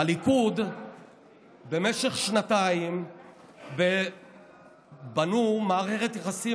הליכוד במשך שנתיים בנו מערכת יחסים